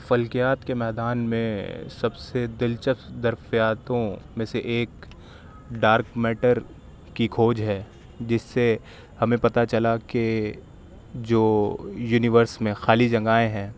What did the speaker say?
فلکیات کے میدان میں سب سے دلچسپ دریافتوں میں سے ایک ڈارک میٹر کی کھوج ہے جس سے ہمیں پتہ چلا کہ جو یونیورس میں خالی جگہیں ہیں